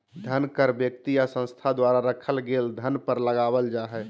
धन कर व्यक्ति या संस्था द्वारा रखल गेल धन पर लगावल जा हइ